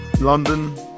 London